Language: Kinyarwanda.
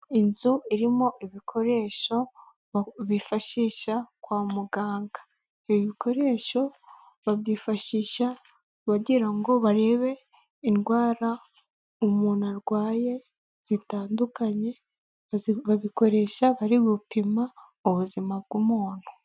Inzu irimo ibikoresho bifashisha kwa muganga, ibi bikoresho babyifashisha bagira ngo barebe indwara umuntu arwaye zitandukanye, babikoresha bari gupima ubuzima bw'umuntu.